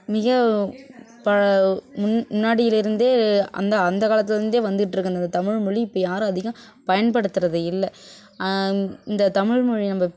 மிக ப முன்னாடியில் இருந்தே அந்த அந்த காலத்தில் இருந்தே வந்துகிட்டு இருக்க இந்த தமிழ்மொழி இப்போ யாரும் அதிகம் பயன்படுத்துகிறது இல்லை இந்த தமிழ்மொழி நம்ம